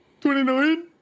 29